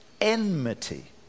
enmity